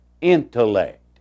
intellect